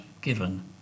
given